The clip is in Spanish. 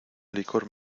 licor